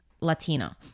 Latina